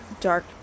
dark